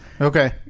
Okay